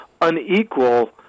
unequal